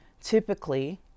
typically